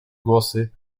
głosy